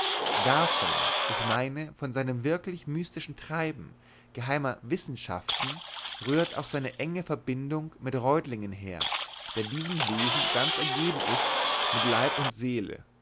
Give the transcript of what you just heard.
davon ich meine von seinem wirklich mystischen treiben geheimer wissenschaften rührt auch seine enge verbindung mit reutlingern her der diesem wesen ganz ergeben ist mit leib und seele